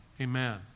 Amen